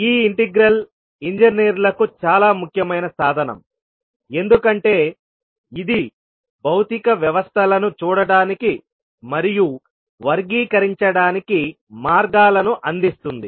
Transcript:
ఈ ఇంటిగ్రల్ ఇంజనీర్లకు చాలా ముఖ్యమైన సాధనం ఎందుకంటే ఇది భౌతిక వ్యవస్థలను చూడటానికి మరియు వర్గీకరించడానికి మార్గాలను అందిస్తుంది